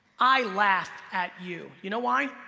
i laugh at you. you know why?